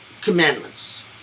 commandments